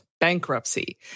bankruptcy